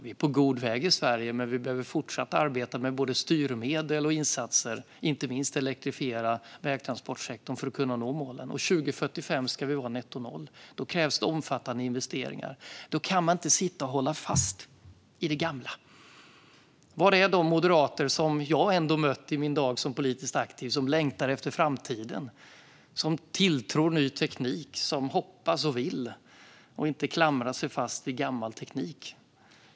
Vi är på god väg i Sverige men vi behöver fortsätta att arbeta med både styrmedel och insatser, inte minst elektrifiera vägtransportsektorn, för att kunna nå målen. År 2045 ska vi ha netto noll. Då krävs det omfattande investeringar. Då kan ni inte hålla fast i det gamla. Var är de moderater som jag ändå mött i mina dagar som politiskt aktiv och som längtar efter framtiden, som tilltror ny teknik, som hoppas och vill och inte klamrar sig fast vid gammal teknik?